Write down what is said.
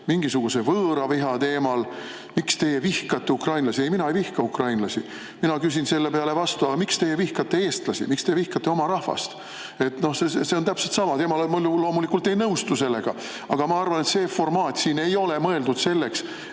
mingisuguse võõraviha teemal. Miks te vihkate ukrainlasi? Ei, mina ei vihka ukrainlasi. Mina küsin selle peale vastu: aga miks te vihkate eestlasi? Miks te vihkate oma rahvast? See on täpselt sama. Tema loomulikult ei nõustu sellega. Aga ma arvan, et see formaat siin ei ole mõeldud selleks,